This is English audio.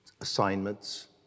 assignments